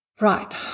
Right